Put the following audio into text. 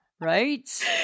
Right